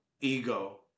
ego